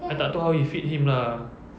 I tak tahu how he feed him lah